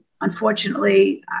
unfortunately